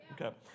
Okay